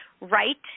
right